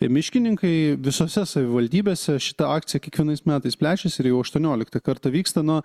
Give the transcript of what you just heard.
miškininkai visose savivaldybėse šita akcija kiekvienais metais plečiasi ir jau aštuonioliktą kartą vyksta na